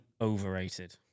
overrated